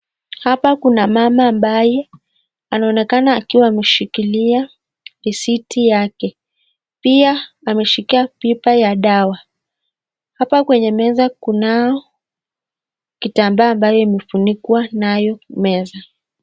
Hapa kuna mama ambaye anaonekana akiwa ameshikilia risiti yake pia ameshika chupa ya dawa hapo kwenye meza kunayo kitambaa ambayo imefunikwa na hii meza.